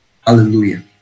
Hallelujah